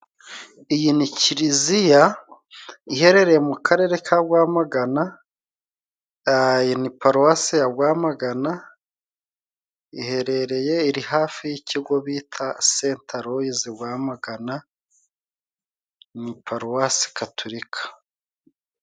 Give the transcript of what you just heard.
Iyi ni kiliziya iherereye mu Karere ka Rwamagana. Aa iyi ni paruwasi ya Rwamagana iherereye iri hafi y'ikigo bita Sente Aloyizi Rwamagana ni paruwasi gatorika .